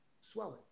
swelling